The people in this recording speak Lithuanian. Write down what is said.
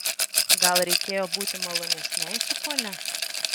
gal reikėjo būti malonesnei su ponia